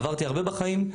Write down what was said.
עברתי הרבה בחיים.